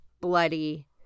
bloody